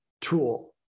tool